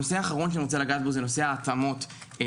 נושא אחרון שאני רוצה לגעת בו זה נושא ההתאמות לתלמידים.